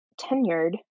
tenured